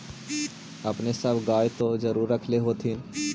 अपने सब गाय तो जरुरे रख होत्थिन?